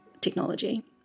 technology